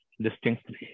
distinctly